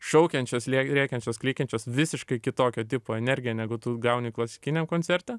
šaukiančios rėkiančios klykiančios visiškai kitokio tipo energiją negu tu gauni klasikiniam koncerte